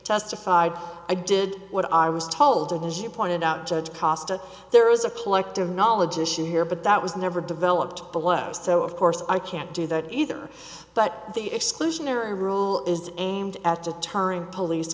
testified i did what i was told and as you pointed out judge cost and there is a collective knowledge issue here but that was never developed below so of course i can't do that either but the exclusionary rule is aimed at deterring police